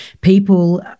people